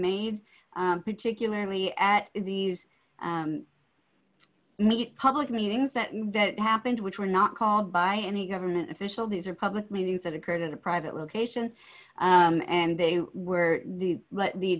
made particularly at these meet public meetings that that happened which were not called by any government official these are public meetings that occurred at a private location and they were the